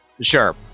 Sure